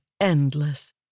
endless